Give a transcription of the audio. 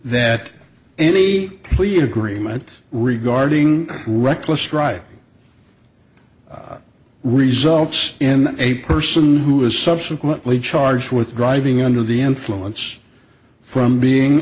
that any plea agreement regarding reckless driving results in a person who was subsequently charged with driving under the influence from being